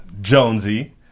Jonesy